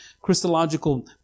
Christological